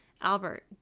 Albert